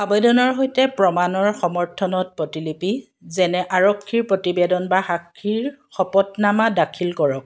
আবেদনৰ সৈতে প্ৰমাণৰ সমৰ্থনত প্ৰতিলিপি যেনে আৰক্ষীৰ প্ৰতিবেদন বা সাক্ষীৰ শপতনামা দাখিল কৰক